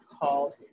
called